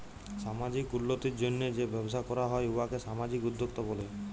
সামাজিক উল্লতির জ্যনহে যে ব্যবসা ক্যরা হ্যয় উয়াকে সামাজিক উদ্যোক্তা ব্যলে